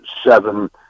seven